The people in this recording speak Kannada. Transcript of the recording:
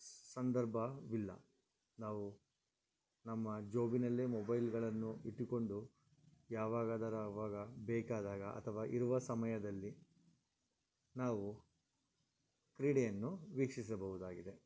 ಸಂದರ್ಭವಿಲ್ಲ ನಾವು ನಮ್ಮ ಜೋಬಿನಲ್ಲೇ ಮೊಬೈಲ್ಗಳನ್ನು ಇಟ್ಟುಕೊಂಡು ಯಾವಾಗದರೆ ಅವಾಗ ಬೇಕಾದಾಗ ಅಥವಾ ಇರುವ ಸಮಯದಲ್ಲಿ ನಾವು ಕ್ರೀಡೆಯನ್ನು ವೀಕ್ಷಿಸಬಹುದಾಗಿದೆ